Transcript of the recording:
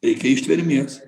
reikia ištvermės